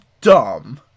dumb